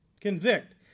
Convict